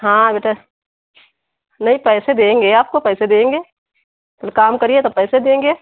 हाँ बेटा नहीं पैसे देंगे आपको पैसे देंगे पहले काम करिए तब पैसे देंगे